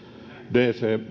dc